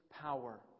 power